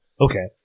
Okay